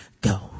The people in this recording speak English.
go